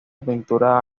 pintura